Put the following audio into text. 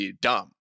dumb